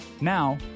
Now